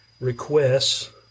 requests